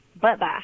bye-bye